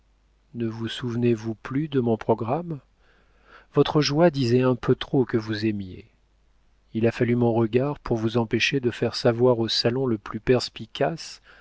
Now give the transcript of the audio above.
ne vous souvenez-vous plus de mon programme votre joie disait un peu trop que vous aimiez il a fallu mon regard pour vous empêcher de faire savoir au salon le plus perspicace